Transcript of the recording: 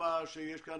יש לנו